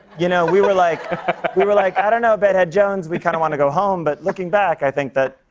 you know, we were like we were like, i don't know. bedhead jones. we kind of want to go home, but looking back, i think that,